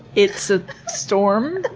it's a storm.